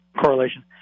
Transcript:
correlation